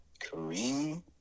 Kareem